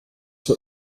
war